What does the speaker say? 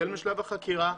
החל משלב החקירה,